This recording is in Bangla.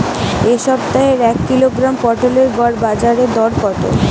এ সপ্তাহের এক কিলোগ্রাম পটলের গড় বাজারে দর কত?